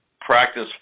practice